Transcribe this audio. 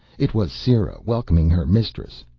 it was sera welcoming her mistress.